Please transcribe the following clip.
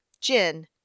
gin